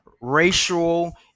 racial